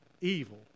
evil